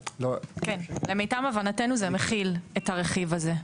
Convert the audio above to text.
כן, למיטב הבנתנו זה מכיל את הרכיב הזה.